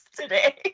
today